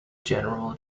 general